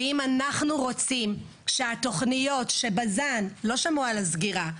אנחנו רואים את התוכניות שבז"ן שלא שמעה על הסגירה,